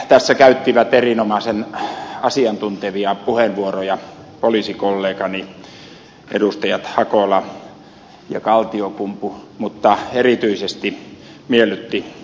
tässä käyttivät erinomaisen asiantuntevia puheenvuoroja poliisikollegani edustajat hakola ja kaltiokumpu mutta erityisesti miellytti ed